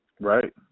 Right